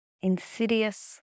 Insidious